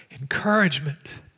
encouragement